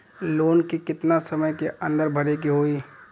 Loan के कितना समय के अंदर भरे के होई?